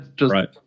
Right